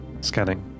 Scanning